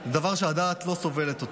דבר שהדעת לא סובלת?